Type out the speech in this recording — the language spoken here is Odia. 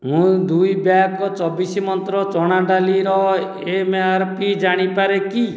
ମୁଁ ଦୁଇ ବ୍ୟାଗ୍ ଚବିଶ ମନ୍ତ୍ର ଚଣା ଡାଲିର ଏମ୍ଆର୍ପି ଜାଣିପାରେ କି